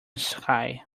sky